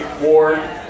war